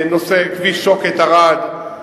כביש שוקת ערד,